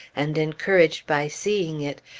and encouraged by seeing it,